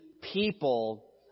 people